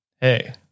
hey